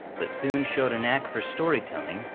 but soon showed a knack for storytelling,